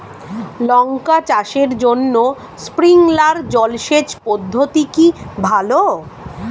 লঙ্কা চাষের জন্য স্প্রিংলার জল সেচ পদ্ধতি কি ভালো?